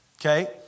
Okay